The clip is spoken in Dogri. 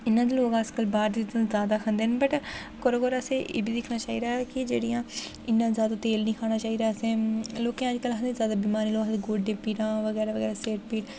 इ'यां ते लोग अज्जकल बाह्र दे जादा खंदे न वट् कुदै कुदै असें ई एह्बी दिक्खना चाहि्दा कि जेह्ड़ियां इ'न्ना जादा तेल निं खाना चाहि्दा असें लोकें अज्जकल आखदे जादा बीमार आखदे गोड्डें पीड़ां बगैरा बगैरा सिर पीड़